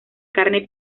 carne